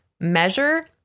measure